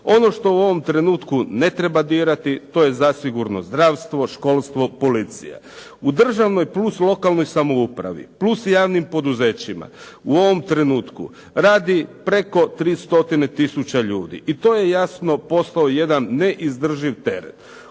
Ono što u ovom trenutku ne treba dirati, to je zasigurno zdravstvo, školstvo, policija. U državnoj + lokalnoj samoupravi + javnim poduzećima u ovom trenutku radi preko 300 tisuća ljudi i to je jasno postao jedan neizdrživ teret.